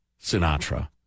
Sinatra